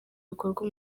bikorwa